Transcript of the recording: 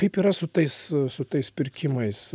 kaip yra su tais su tais pirkimais